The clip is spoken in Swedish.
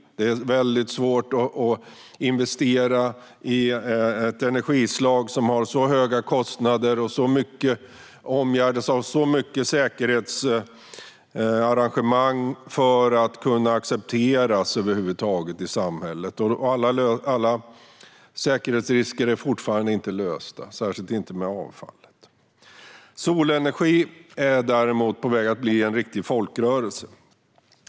Det är väldigt svårt att investera i ett energislag som har så höga kostnader och som måste omgärdas av så mycket säkerhetsarrangemang för att över huvud taget kunna accepteras i samhället. Alla säkerhetsrisker är fortfarande inte lösta, särskilt inte när det gäller avfallet. Solenergi är däremot på väg att bli en riktig folkrörelse.